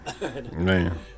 Man